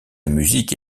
musique